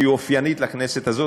שהיא אופיינית לכנסת הזאת.